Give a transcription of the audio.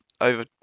over